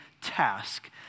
task